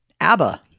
ABBA